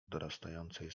dorastającej